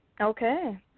Okay